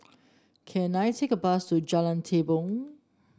can I take a bus to Jalan Tepong